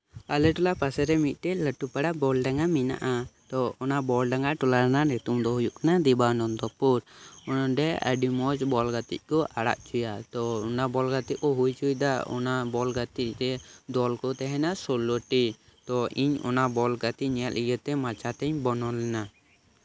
ᱟᱞᱮ ᱴᱚᱞᱟ ᱯᱟᱥᱮ ᱨᱮ ᱢᱤᱫᱴᱮᱱ ᱞᱟᱹᱴᱩ ᱯᱟᱨᱟ ᱵᱚᱞᱰᱟᱸᱜᱟ ᱢᱮᱱᱟᱜᱼᱟ ᱛᱚ ᱚᱱᱟ ᱵᱚᱞᱰᱟᱸᱜᱟ ᱴᱚᱞᱟ ᱨᱮᱱᱟᱜ ᱧᱩᱛᱩᱢ ᱫᱚ ᱦᱩᱭᱩᱜ ᱠᱟᱱᱟ ᱫᱤᱵᱟ ᱱᱚᱱᱫᱚᱯᱩᱨ ᱱᱚᱸᱰᱮ ᱟᱹᱰᱤ ᱢᱚᱸᱡᱽ ᱵᱚᱞ ᱜᱟᱹᱛᱮᱠ ᱠᱚ ᱟᱲᱟᱜ ᱦᱚᱪᱚᱭᱟ ᱛᱚ ᱚᱱᱟ ᱵᱚᱞ ᱜᱟᱛᱮᱜ ᱠᱚ ᱦᱩᱭ ᱦᱚᱪᱚᱭᱮᱫᱟ ᱚᱱᱟᱵᱚᱞ ᱜᱟᱛᱮᱜ ᱨᱮ ᱫᱚᱞᱠᱚ ᱛᱟᱦᱮᱱᱟ ᱥᱳᱞᱳᱴᱤ ᱛᱚ ᱤᱧ ᱚᱱᱟ ᱵᱚᱞ ᱜᱟᱛᱮᱜ ᱧᱮᱞ ᱤᱭᱟᱹᱛᱮ ᱢᱟᱪᱷᱟᱛᱮᱧ ᱵᱚᱱᱱᱚᱱᱟᱭᱟ